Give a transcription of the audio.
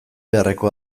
beharreko